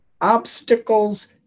Obstacles